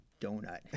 donut